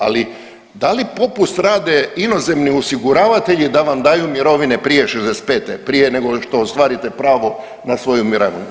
Ali da li popust rade inozemni osiguravatelji da vam daju mirovine prije 65, prije nego što ostvarite pravo na svoju mirovinu.